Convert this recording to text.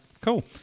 cool